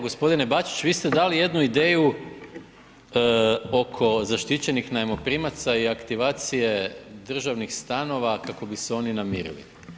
Gospodine Bačić vi ste dali jednu ideju oko zaštićenih najmoprimaca i aktivacije državnih stanova kako bi se oni namirili.